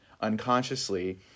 unconsciously